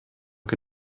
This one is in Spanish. que